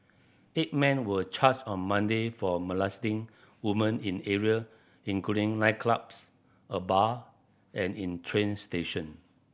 eight men were charged on Monday for molesting woman in area including nightclubs a bar and in train station